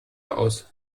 aus